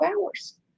hours